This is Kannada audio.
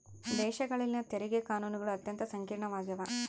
ದೇಶಗಳಲ್ಲಿನ ತೆರಿಗೆ ಕಾನೂನುಗಳು ಅತ್ಯಂತ ಸಂಕೀರ್ಣವಾಗ್ಯವ